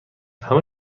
همه